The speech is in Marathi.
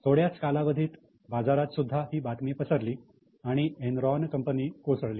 थोड्याच कालावधीत बाजारात सुद्धा ही बातमी पसरली आणि एनरॉन कंपनी कोसळली